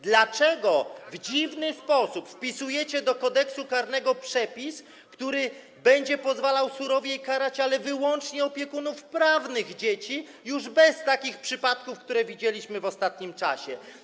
Dlaczego w dziwny sposób wpisujecie do Kodeksu karnego przepis, który będzie pozwalał surowiej karać wyłącznie opiekunów prawnych dzieci, już bez takich przypadków, które widzieliśmy w ostatnim czasie?